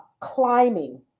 climbing